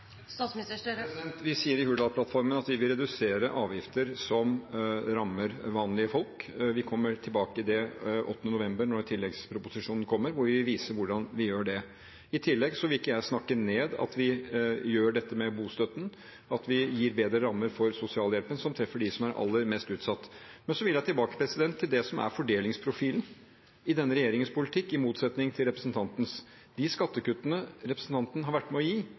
Vi sier i Hurdalsplattformen at vi vil redusere avgifter som rammer vanlige folk. Vi kommer tilbake til det 8. november, når tilleggsproposisjonen kommer, hvor vi vil vise hvordan vi gjør det. I tillegg: Jeg vil ikke snakke ned at vi gjør dette med bostøtten, at vi gir bedre rammer for sosialhjelpen som treffer dem som er aller mest utsatt. Jeg vil tilbake til det som er fordelingsprofilen i denne regjeringens politikk, i motsetning til representantens. De skattekuttene representanten har vært med på å gi,